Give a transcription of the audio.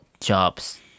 jobs